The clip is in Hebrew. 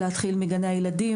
להתחיל בפעולות בגני ילדים,